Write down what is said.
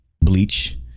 Bleach